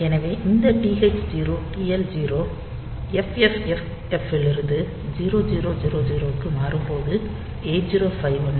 எனவே இந்த TH0 TL0 FFFF இலிருந்து 0000 க்கு மாறும் போது 8051 TF0 பிட்டை 1 ஆக அமைக்கும்